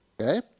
Okay